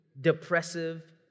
depressive